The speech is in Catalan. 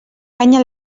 canya